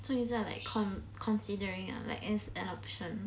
so is it like con- considering ah like as an option